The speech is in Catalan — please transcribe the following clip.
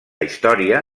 història